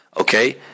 Okay